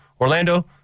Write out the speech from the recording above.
Orlando